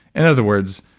in other words,